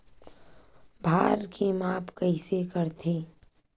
भार के माप कइसे करथे?